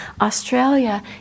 Australia